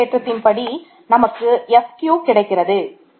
கட்டமைப்பின் தேற்றத்தின் படி நமக்கு Fq கிடைத்தது